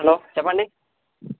hello చెప్పండి